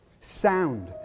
sound